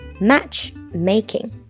Matchmaking